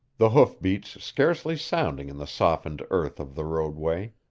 the hoof-beats scarcely sounding in the softened earth of the roadway.